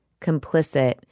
complicit